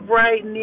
right